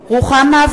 (קוראת בשמות חברי הכנסת) רוחמה אברהם-בלילא,